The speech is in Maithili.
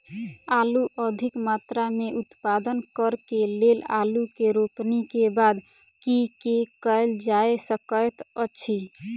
आलु अधिक मात्रा मे उत्पादन करऽ केँ लेल आलु केँ रोपनी केँ बाद की केँ कैल जाय सकैत अछि?